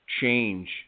change